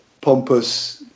pompous